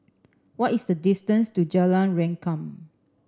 what is the distance to Jalan Rengkam